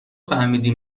فهمیدی